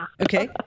Okay